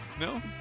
No